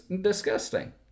disgusting